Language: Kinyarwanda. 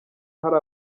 hari